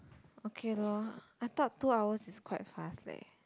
okay lor I thought two hours is quite fast leh